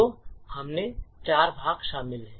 तो इसमें चार भाग शामिल हैं